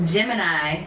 Gemini